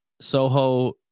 Soho